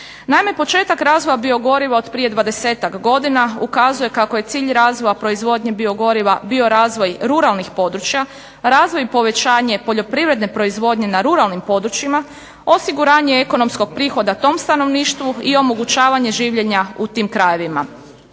Naime, početak razvoja biogoriva od prije 20-tak godina ukazuje kako je cilj razvoja proizvodnje biogoriva bio razvoj ruralnih područja, razvoj i povećanje poljoprivredne proizvodnje na ruralnim područjima, osiguranje ekonomskog prihoda tom stanovništvu i omogućavanje življenja u tim krajevima.